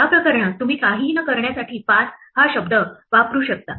या प्रकरणात तुम्ही काहीही न करण्यासाठी पास हा शब्द वापरू शकता